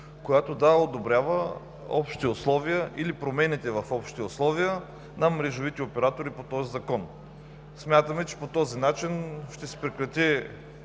която дава и одобрява общите условия или промените в общите условия на мрежовите оператори по този закон. Смятаме, че по този начин ще се прекрати